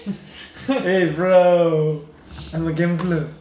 eh bro I'm a gambler